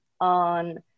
on